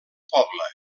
poble